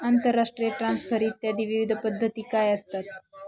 आंतरराष्ट्रीय ट्रान्सफर इत्यादी विविध पद्धती काय असतात?